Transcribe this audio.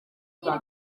nyine